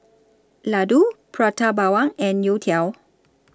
Laddu Prata Bawang and Youtiao